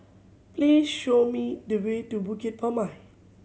please show me the way to Bukit Purmei